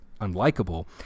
unlikable